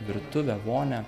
virtuvę vonią